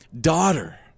daughter